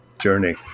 journey